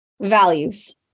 Values